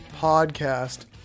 podcast